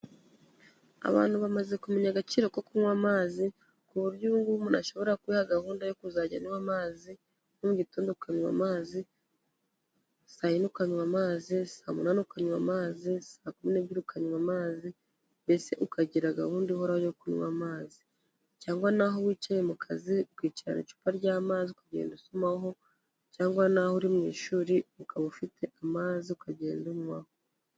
Abantu bamaze kumenya agaciro ko kunywa amazi, ku buryo ubu ngubu umuntu ashobora kwiha gahunda yo kuzajya anywa amazi, nko mu gitondo ukanywa amazi, saa yine ukanywa amazi, saa munani ukanywa amazi, saa kumi n'ebyiri ukanywa amazi, mbese ukagira gahunda ihoraho yo kunywa amazi. Cyangwa naho wicaye mu kazi ukicarana icupa ry'amazi ukagenda usomaho, cyangwa naho uri mu ishuri ukaba ufite amazi ukagenda unywaho.